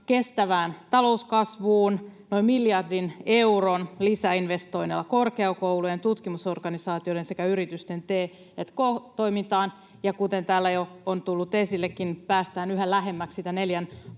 kestävään talouskasvuun noin miljardin euron lisäinvestoinneilla korkeakoulujen, tutkimusorganisaatioiden sekä yritysten t&k-toimintaan. Kuten täällä jo on tullutkin esille, päästään yhä lähemmäksi sitä neljän